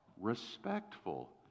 Respectful